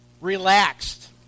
relaxed